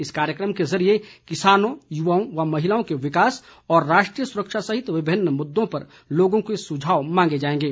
इस कार्यक्रम के जरिए किसानों युवाओं व महिलाओं के विकास और राष्ट्रीय सुरक्षा सहित विभिन्न मुद्दों पर लोगों के सुझाव मांगे जाएंगे